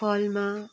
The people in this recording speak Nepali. फलमा